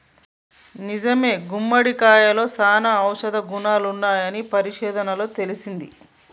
నిజమే గుమ్మడికాయలో సానా ఔషధ గుణాలున్నాయని పరిశోధనలలో తేలింది